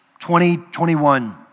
2021